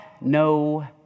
no